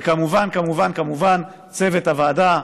וכמובן, כמובן כמובן לצוות הוועדה: